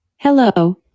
Hello